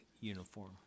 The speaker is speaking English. uniform